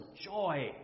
joy